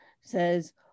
says